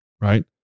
right